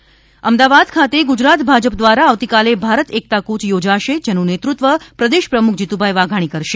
ભાજપ કુચ અમદાવાદ ખાતે ગુજરાત ભાજપ દ્વારા આવતીકાલે ભારત એકતા કૃય ચોજાશે જેનું નેતૃત્વ પ્રદેશ પ્રમુખ જીતુભાઈ વાઘાણી કરશે